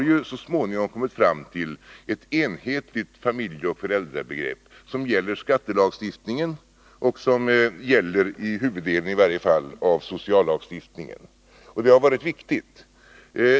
Vi har så småningom kommit fram till ett enhetligt familjeoch föräldrabegrepp som gäller i skattelagstiftningen och i huvuddelen av sociallagstiftningen, och det har varit viktigt.